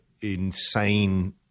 insane